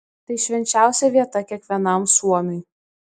tai švenčiausia vieta kiekvienam suomiui